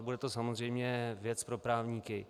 Bude to samozřejmě věc pro právníky.